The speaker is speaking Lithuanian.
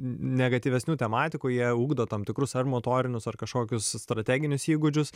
negatyvesnių tematikų jie ugdo tam tikrus ar motorinius ar kažkokius strateginius įgūdžius